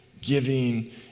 giving